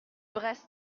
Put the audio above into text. brest